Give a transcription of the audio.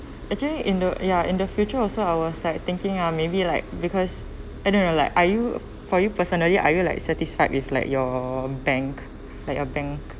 actually in the ya in the future also I was like thinking ah maybe like because I don't know like are you for you personally are you like satisfied with like your bank like a bank